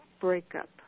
breakup